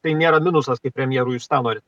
tai nėra minusas kaip premjerui jūs tą norit